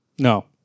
No